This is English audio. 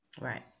Right